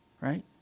right